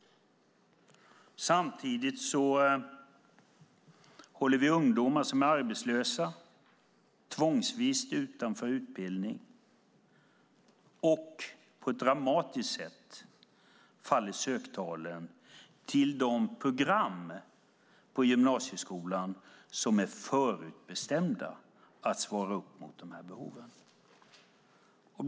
Samtidigt håller vi tvångsvis ungdomar som är arbetslösa utanför utbildning, och söktalen till de program på gymnasieskolan som är förutbestämda att svara upp mot dessa behov faller på ett dramatiskt sätt.